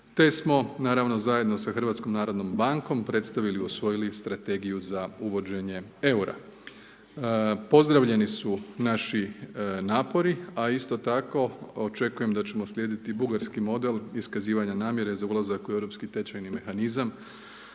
Te smo naravno zajedno sa HNB-om predstavili i usvojili Strategiju za uvođenje eura. Pozdravljeni su naši napori a isto tako očekujem da ćemo slijediti bugarski model iskazivanja namjere za ulazak u europski tečajni mehanizam